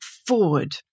Forward